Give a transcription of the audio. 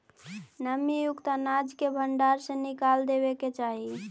नमीयुक्त अनाज के भण्डार से निकाल देवे के चाहि